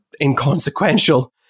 inconsequential